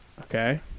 Okay